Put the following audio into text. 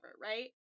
right